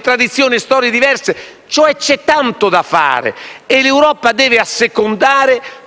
tradizioni, storie diversi. C'è tanto da fare e l'Europa deve assecondare